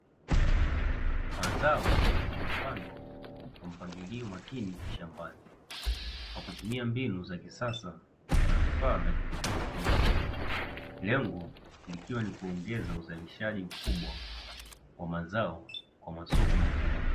Mazao yamepandwa kwa mpangilio makini shambani kwa kutumia mbinu za kisasa na vifaa vya kiteknolojia. Lengo likiwa ni kuongeza uzalishaji mkubwa wa mazao kwa masoko makubwa.